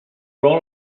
roll